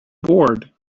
board